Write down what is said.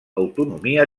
autonomia